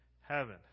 heaven